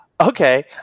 okay